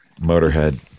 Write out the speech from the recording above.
Motorhead